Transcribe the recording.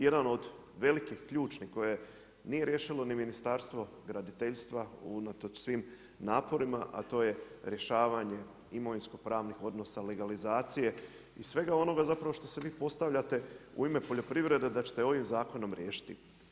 Jedan od velikih, ključnih koje nije riješilo ni Ministarstvo graditeljstva unatoč svim naporima a to je rješavanje imovinsko-pravnih odnosa legalizacije i svega onoga zapravo što se vi postavljate u ime poljoprivrede da ćete ovim zakonom riješiti.